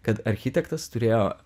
kad architektas turėjo